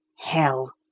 hell,